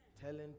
Telling